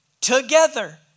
together